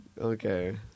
okay